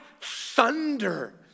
thunder